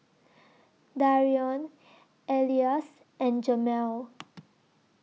Darion Elias and Jamel